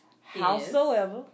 howsoever